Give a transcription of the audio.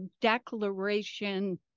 declaration